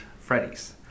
Freddy's